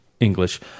English